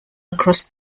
across